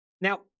Now